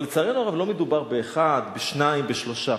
אבל לצערנו הרב, לא מדובר באחד, בשניים, בשלושה,